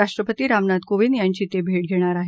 राष्ट्रपती रामनाथ कोविंद यांची ते भेट घेणार आहेत